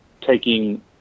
taking